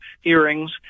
hearings